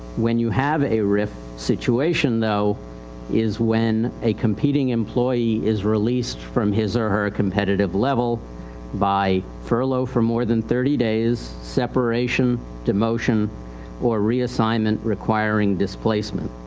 when you have a rif situation though is when a competing employee is released from his or her competitive level by furlough for more than thirty days, separation, demotion or reassignment requiring displacement.